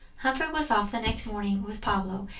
humphrey was off the next morning, with pablo,